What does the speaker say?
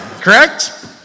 Correct